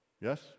Yes